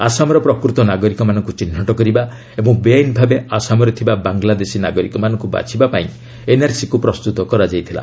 ଆସାମର ପ୍ରକୃତ ନାଗରିକମାନଙ୍କୁ ଚିହ୍ନଟ କରିବା ଏବଂ ବେଆଇନ ଭାବେ ଆସାମରେ ଥିବା ବାଂଲାଦେଶୀ ନାଗରିକମାନଙ୍କୁ ବାଛିବାପାଇଁ ଏନ୍ଆର୍ସିକୁ ପ୍ରସ୍ତୁତ କରାଯାଇଥିଲା